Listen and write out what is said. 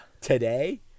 today